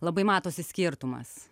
labai matosi skirtumas